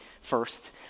first